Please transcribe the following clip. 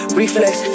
reflex